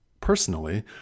personally